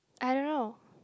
I don't know